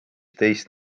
teist